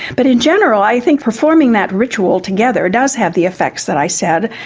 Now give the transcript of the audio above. but in general i think performing that ritual together does have the effects that i said,